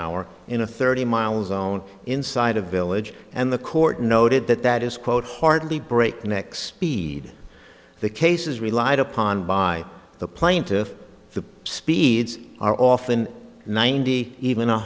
hour in a thirty mile zone inside a village and the court noted that that is quote hardly breakneck speed the case is relied upon by the plaintiff the speeds are often ninety even